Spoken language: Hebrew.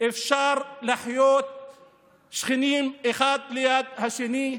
אפשר לחיות כשכנים אחד ליד השני,